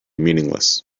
meaningless